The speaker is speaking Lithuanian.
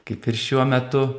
kaip ir šiuo metu